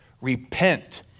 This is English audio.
Repent